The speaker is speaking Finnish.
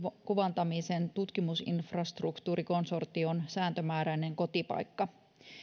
kuvantamisen tutkimusinfrastruktuurikonsortion sääntömääräinen kotipaikka